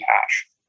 hash